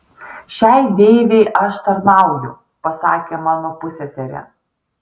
šiai deivei aš tarnauju pasakė mano pusseserė